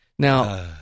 Now